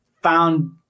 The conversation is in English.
found